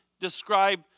describe